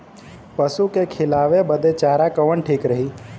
पशु के खिलावे बदे चारा कवन ठीक रही?